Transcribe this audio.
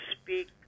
speak